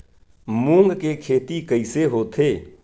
मूंग के खेती कइसे होथे?